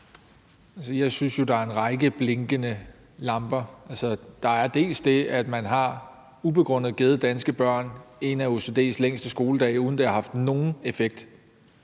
Jeg synes jo, der er en række advarselslamper, der blinker. Der er til dels det, at man ubegrundet har givet danske børn en af OECD-landenes længste skoledage, uden af det har haft nogen effekt.